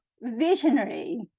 visionary